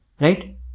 right